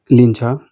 लिन्छ